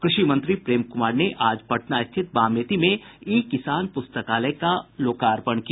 कृषि मंत्री प्रेम कुमार ने आज पटना स्थित बामेती में ई किसान पुस्तकालय का उद्घाटन किया